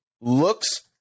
looks